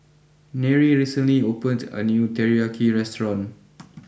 Nery recently opened a new Teriyaki restaurant